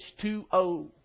H2O